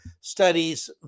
studies